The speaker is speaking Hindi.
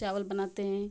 चावल बनाते हें